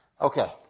Okay